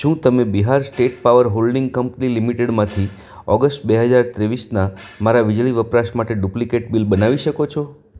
શું તમે Bihar state power holding company લિમિટેડમાંથી ઓગસ્ટ બેહજાર ત્રેવીસના મારા વીજળી વપરાશ માટે ડુપ્લિકેટ બિલ બનાવી શકો છો